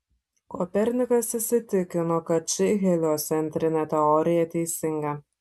kopernikas įsitikino kad ši heliocentrinė teorija teisinga